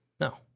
No